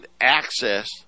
access